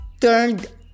turned